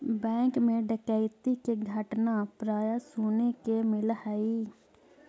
bank मैं डकैती के घटना प्राय सुने के मिलऽ हइ